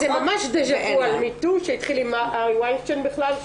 זה ממש דז'ה וו על Me too שהתחיל עם הארווי ויינשטיין בכלל,